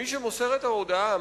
מי שמוסר את ההודעה,